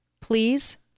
please